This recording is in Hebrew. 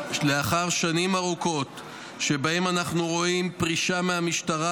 לאחר שנים ארוכות שבהן אנחנו רואים פרישה מהמשטרה,